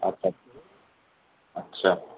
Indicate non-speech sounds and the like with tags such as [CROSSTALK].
اچھا [UNINTELLIGIBLE] اچھا